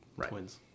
Twins